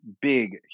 big